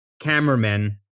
cameramen